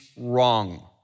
wrong